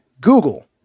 Google